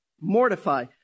mortify